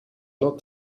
not